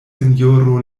sinjoro